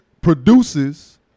produces